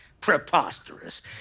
Preposterous